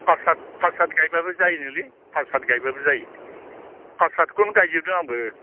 फासहाथ गायब्लाबो जायोनोलै फासहाथ गायब्लाबो जायो फासहाथखौनो गायजोबदों आंबो